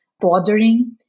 bothering